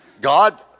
God